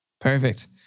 Perfect